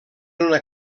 una